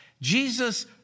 Jesus